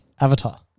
Avatar